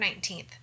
19th